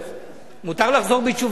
מותר לחזור בתשובה, איתן.